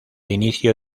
inicio